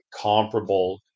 comparable